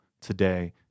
today